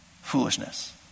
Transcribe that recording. foolishness